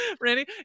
Randy